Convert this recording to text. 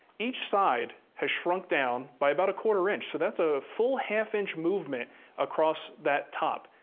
each side has shrunk down by about a quarter inch, so that's a full half inch movement across that top.